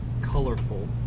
colorful